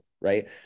right